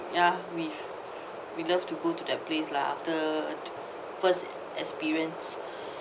ya we we love to go to that place lah after first experience